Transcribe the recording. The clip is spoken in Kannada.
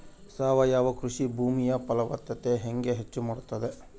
ಸಾವಯವ ಕೃಷಿ ಭೂಮಿಯ ಫಲವತ್ತತೆ ಹೆಂಗೆ ಹೆಚ್ಚು ಮಾಡುತ್ತದೆ?